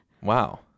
Wow